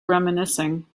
reminiscing